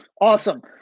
Awesome